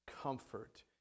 comfort